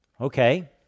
Okay